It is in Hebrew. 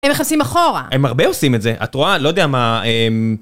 הם ניכנסים אחורה. הם הרבה עושים את זה. את רואה, לא יודע מה, הם...